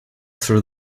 through